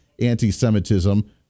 anti-Semitism